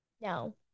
No